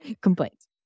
complaints